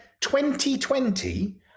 2020